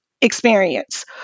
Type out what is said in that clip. experience